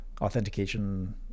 authentication